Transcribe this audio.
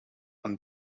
een